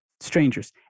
strangers